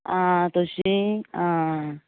आं तशीं आं